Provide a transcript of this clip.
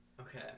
Okay